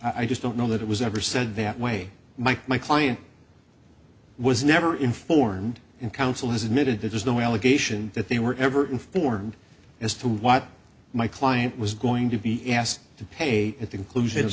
the i just don't know that it was ever said that way mike my client was never informed and counsel has admitted that there's no allegation that they were ever informed as to what my client was going to be asked to pay at the conclusi